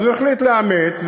אז הוא החליט לאמץ,